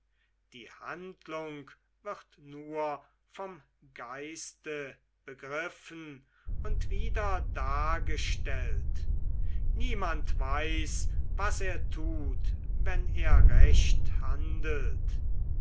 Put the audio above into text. die handlung wird nur vom geiste begriffen und wieder dargestellt niemand weiß was er tut wenn er recht handelt